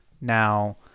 Now